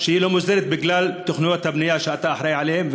שהיא לא מוסדרת בגלל תוכניות הבנייה שאתה אחראי להן,